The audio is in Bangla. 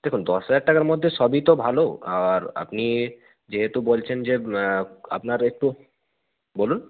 দেখুন দশ হাজার টাকার মধ্যে সবই তো ভালো আর আপনি যেহেতু বলছেন যে আপনার একটু বলুন